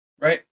right